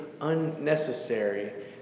unnecessary